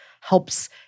helps